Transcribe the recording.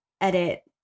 edit